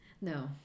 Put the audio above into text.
No